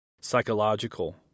psychological